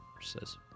says